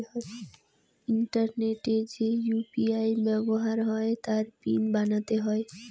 ইন্টারনেটে যে ইউ.পি.আই ব্যাবহার হই তার পিন বানাতে হই